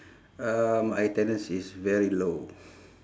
uh my attendance is very low